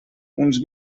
uns